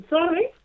Sorry